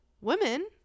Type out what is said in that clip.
Women